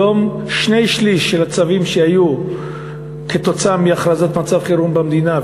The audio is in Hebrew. היום שני-שלישים של הצווים שהיו כתוצאה מהכרזת מצב חירום במדינה,